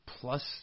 plus